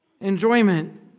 enjoyment